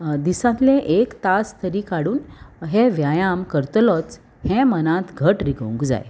दिसांतले एक तास तरी काडून हे व्यायाम करतलोच हे मनांत घट रिकोंक जाय